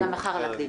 ומחר להקדים.